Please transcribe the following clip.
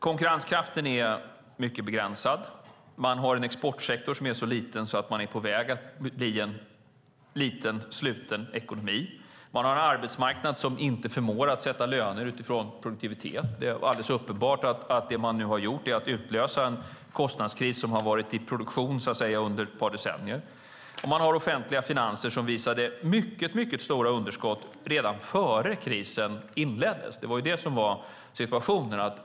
Konkurrenskraften är mycket begränsad. Man har en exportsektor som är så liten att man är på väg att bli en liten sluten ekonomi. Man har en arbetsmarknad som inte förmår att sätta löner utifrån produktivitet. Det är alldeles uppenbart att det man nu har gjort är att man har utlöst en kostnadskris som har varit i produktion, så att säga, under ett par decennier. Och man har offentliga finanser som visade mycket stora underskott redan innan krisen inleddes. Det var det som var situationen.